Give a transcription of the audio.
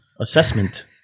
assessment